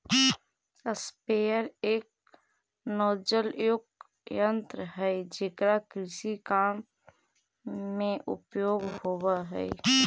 sprayer एक नोजलयुक्त यन्त्र हई जेकरा कृषि काम में उपयोग होवऽ हई